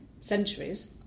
centuries